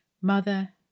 Mother